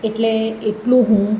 એટલે એટલું હું